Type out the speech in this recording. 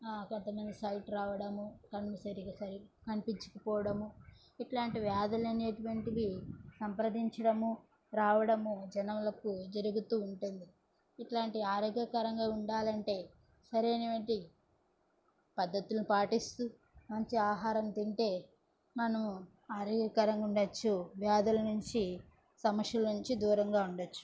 కొంతమందికి సైట్ రావడము కండ్లు సరిగ్గా క కనిపించకపోవడము ఇట్లాంటి వ్యాధులు అనేటువంటివి సంప్రదించడము రావడము జనంలోకి జరుగుతూ ఉంటుంది ఇట్లాంటి ఆరోగ్యకరంగా ఉండాలంటే సరైనవంటి పద్ధతులను పాటిస్తూ మంచి ఆహారం తింటే మనము ఆరోగ్యకరంగా ఉండచ్చు వ్యాధుల నుంచి సమస్యల నుంచి దూరంగా ఉండచ్చు